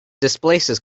displaces